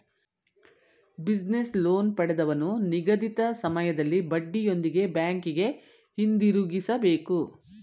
business loan ಪಡೆದವನು ನಿಗದಿತ ಸಮಯದಲ್ಲಿ ಬಡ್ಡಿಯೊಂದಿಗೆ ಬ್ಯಾಂಕಿಗೆ ಹಿಂದಿರುಗಿಸಬೇಕು